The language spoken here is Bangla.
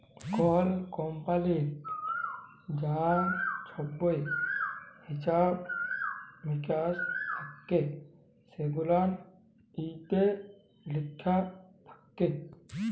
কল কমপালিললে যা ছহব হিছাব মিকাস থ্যাকে সেগুলান ইত্যে লিখা থ্যাকে